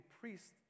priest